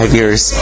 years